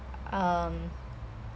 um